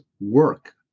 work